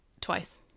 twice